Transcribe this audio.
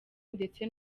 ndetse